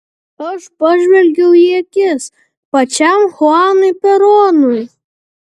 aš pažvelgiau į akis pačiam chuanui peronui